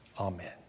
amen